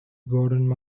gordon